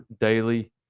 daily